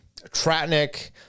Tratnik